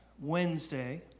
Wednesday